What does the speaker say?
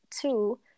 two